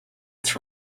its